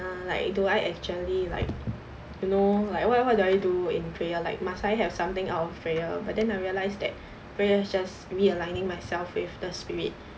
like do I actually like you know like what what do I do in prayer like must I have something out of prayer but then I realize that prayer is just realigning myself with the spirit